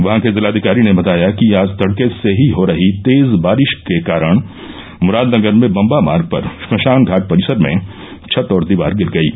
वहां के जिलाधिकारी ने बताया कि आज तड़के से ही हो रही तेज बारिश के कारण मुरादनगर में बंबा मार्ग पर श्मशान घाट परिसर में छत और दीवार गिर गयी